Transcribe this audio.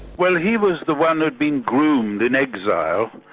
well he was the one who been groomed in exile,